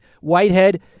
Whitehead